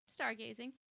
Stargazing